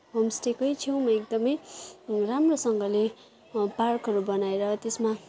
होमस्टेकै छेउमा एकदमै राम्रोसँगले पार्कहरू बनाएर त्यसमा